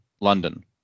london